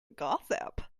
gossip